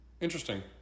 Interesting